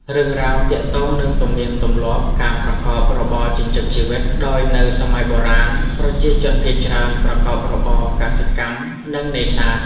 រឿងរ៉ាវទាក់ទងនឹងទំនៀមទម្លាប់ការប្រកបរបរចិញ្ចឹមជីវិត ដោយនៅសម័យបុរាណ ប្រជាជនភាគច្រើនប្រកបរបរ កសិកម្ម និង នេសាទ។